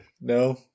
No